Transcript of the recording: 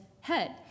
head